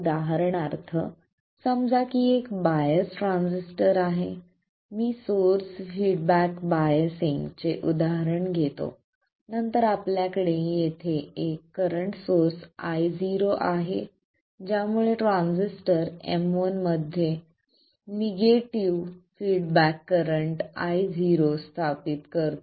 उदाहरणार्थ समजा की एक बायस ट्रान्झिस्टर आहे मी सोर्स फीडबॅक बायसिंग चे उदाहरण घेतो नंतर आपल्याकडे येथे एक करंट सोर्स Io आहे ज्यामुळे ट्रान्झिस्टर M1 मध्ये निगेटिव्ह फिडबॅक करंट Io स्थापित करतो